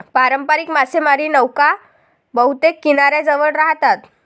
पारंपारिक मासेमारी नौका बहुतेक किनाऱ्याजवळ राहतात